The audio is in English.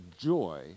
joy